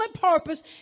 purpose